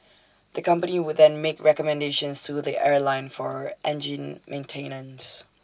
the company would then make recommendations to the airline for engine maintenance